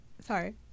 sorry